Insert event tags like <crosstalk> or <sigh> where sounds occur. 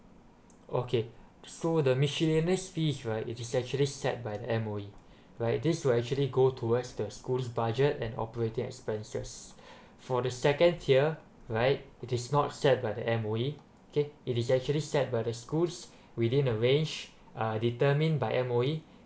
okay so the miscellaneous fees right is actually set by M_O_E <breath> right this will actually go towards the schools budget and operating expenses <breath> for the second tier right it is not set by the M_O_E okay it is actually set by the schools within the range uh determined by M_O_E